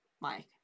mike